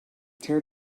tear